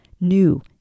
new